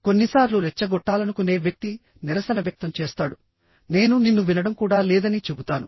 కొన్నిసార్లు రెచ్చగొట్టాలనుకునే వ్యక్తి నిరసన వ్యక్తం చేస్తాడు నేను నిన్ను వినడం కూడా లేదని చెబుతాను